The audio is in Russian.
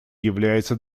является